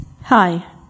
Hi